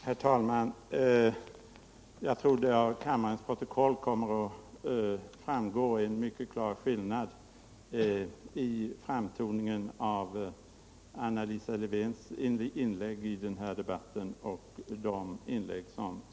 Herr talman! Jag tror att kammarens protokoll kommer att visa att det är en klar skillnad i framtoningen mellan Anna Lisa Lewén-Eliassons inlägg i denna debatt och Sture Ericsons.